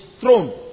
throne